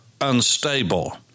unstable